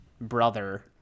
brother